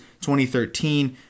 2013